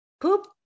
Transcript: poop